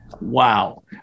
Wow